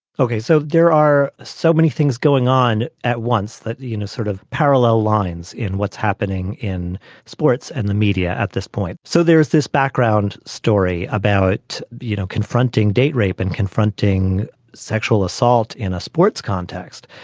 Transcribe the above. ok. so there are so many things going on at once that, you know, sort of parallel lines in what's happening in sports and the media at this point. so there's this background story about, you know, confronting date rape and confronting sexual assault in a sports context.